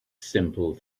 simple